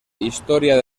historia